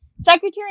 Secretary